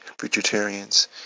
Vegetarians